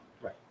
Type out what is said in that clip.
right